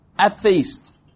atheist